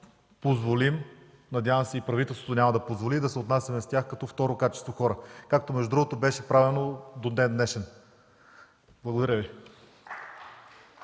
няма да си позволим, надявам се и правителството няма да позволи, да се отнасяме с тях като второ качество хора, както между другото беше правено до ден днешен. Благодаря Ви.